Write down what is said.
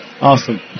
Awesome